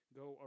go